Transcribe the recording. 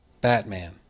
Batman